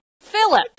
Philip